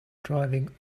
driving